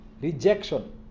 Rejection